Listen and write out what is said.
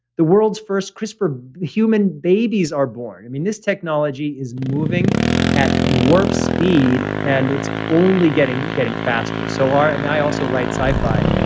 the world's first crispr human babies are born. i mean, this technology is moving at warp speed, and it's only getting getting faster. so i mean, i also write sci-fi,